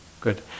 good